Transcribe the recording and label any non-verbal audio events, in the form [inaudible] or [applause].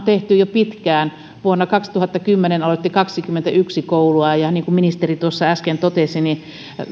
[unintelligible] tehty jo pitkään vuonna kaksituhattakymmenen aloitti kaksikymmentäyksi koulua ja niin kuin ministeri tuossa äsken totesi